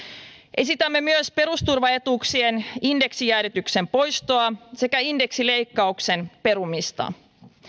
esitämme myös perusturvaetuuksien indeksijäädytyksen poistoa sekä indeksileikkauksen perumista